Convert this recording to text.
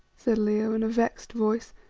said leo, in a vexed voice,